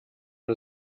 und